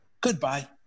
goodbye